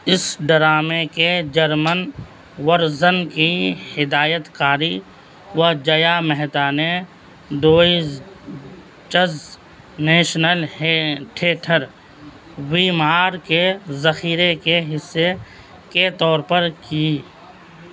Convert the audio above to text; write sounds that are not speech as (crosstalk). اس ڈرامے کے German version کی ہدایت کاری وجیا مہتا نے (unintelligible) کے ذخیرے کے حصے کے طور پر کی